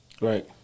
Right